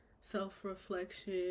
self-reflection